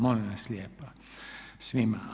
Molim vas lijepo svima.